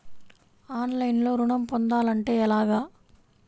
ఆన్లైన్లో ఋణం పొందాలంటే ఎలాగా?